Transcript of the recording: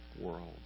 world